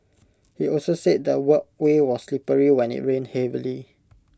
he also said the walkway was slippery when IT rained heavily